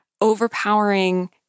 overpowering